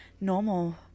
normal